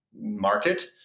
market